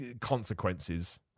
consequences